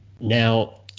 now